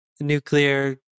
nuclear